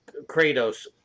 Kratos